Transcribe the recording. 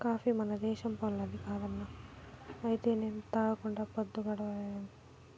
coffee మన దేశంపోల్లది కాదన్నా అయితేనేం తాగకుండా పద్దు గడవడంలే